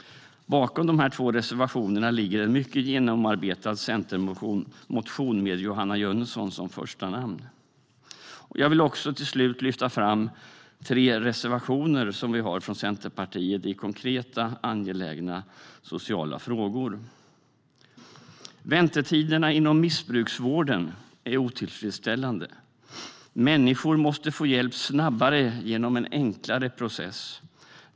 Bakom de här två reservationerna ligger en mycket genomarbetad centermotion med Johanna Jönsson som förstanamn. Jag vill också till slut lyfta fram tre reservationer från Centerpartiet i konkreta och angelägna sociala frågor. Väntetiderna inom missbruksvården är otillfredsställande. Människor måste få hjälp snabbare genom en enklare process.